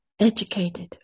educated